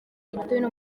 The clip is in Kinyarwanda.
igituntu